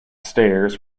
stairs